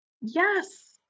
yes